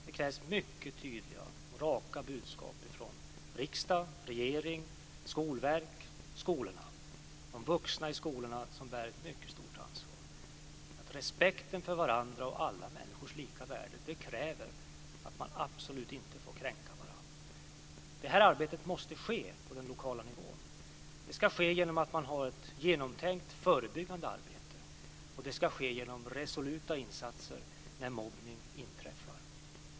Det krävs mycket tydliga och raka budskap från riksdag, regering, skolverk och skolorna. De vuxna i skolorna bär ett mycket stort ansvar. Respekten för varandra och för alla människors lika värde kräver att man inte kränker varandra. Detta arbete måste ske på den lokala nivån. Det ska vara ett genomtänkt förebyggande arbete, och det ska göras resoluta insatser när mobbning inträffar.